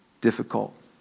difficult